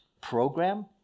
program